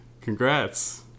Congrats